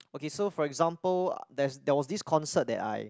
okay so for example there's there was this concert that I